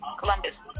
Columbus